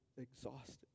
exhausted